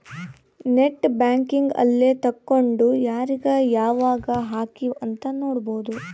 net banking ಅಲ್ಲೆ ತೆಕ್ಕೊಂಡು ಯಾರೀಗ ಯಾವಾಗ ಹಕಿವ್ ಅಂತ ನೋಡ್ಬೊದು